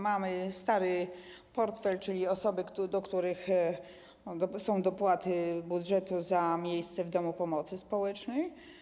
Mamy stary portfel, czyli osoby, w przypadku których są dopłaty z budżetu za miejsce w domu pomocy społecznej.